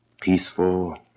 peaceful